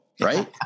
right